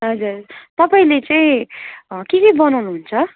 हजुर तपाईँले चाहिँ के के बनाउनु हुन्छ